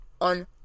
on